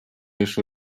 лишь